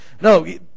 No